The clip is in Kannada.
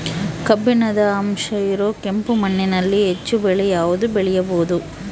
ಕಬ್ಬಿಣದ ಅಂಶ ಇರೋ ಕೆಂಪು ಮಣ್ಣಿನಲ್ಲಿ ಹೆಚ್ಚು ಬೆಳೆ ಯಾವುದು ಬೆಳಿಬೋದು?